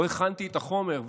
לא הכנתי את החומר.